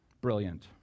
Brilliant